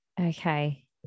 okay